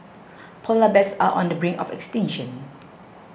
Polar Bears are on the brink of extinction